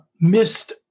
missed